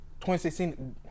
2016